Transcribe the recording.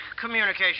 communication